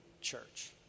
church